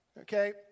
okay